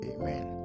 Amen